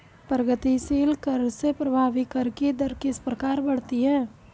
प्रगतिशील कर से प्रभावी कर की दर किस प्रकार बढ़ती है?